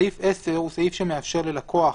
סעיף 10 מאפשר ללקוח